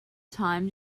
time